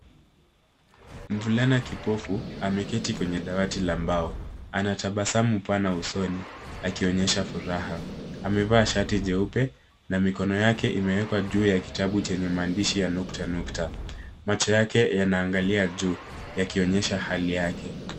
Mvulana kipofu ameketi kwenye dawati la mbao. Ana tabasamu pana usoni akionyesha furaha. Amevaa shati jeupe na mikono yake imewekwa juu ya kitabu chenye maandishi ya nuktanukta. Macho yake yanaangalia juu yakioyesha hali yake.